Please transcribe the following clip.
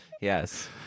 yes